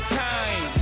time